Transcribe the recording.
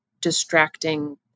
distracting